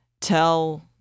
tell